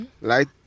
light